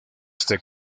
este